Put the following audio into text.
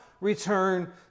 return